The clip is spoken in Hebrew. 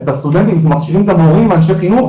אנחנו מכשירים את המורים ואנשי חינוך,